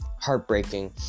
heartbreaking